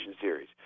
series